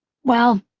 well,